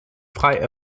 frei